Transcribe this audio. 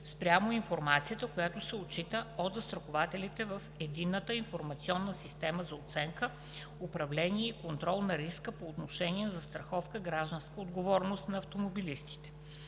спрямо информацията, която се отчита от застрахователите в Единната информационна система за оценка, управление и контрол на риска по отношение на застраховка „Гражданска отговорност“ на автомобилистите.